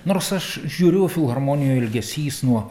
nors aš žiūriu filharmonijų ilgesys nuo